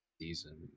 season